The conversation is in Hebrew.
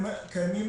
קיימים